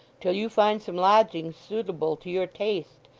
till you find some lodgings suitable to your taste.